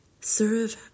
serve